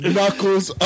Knuckles